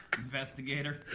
investigator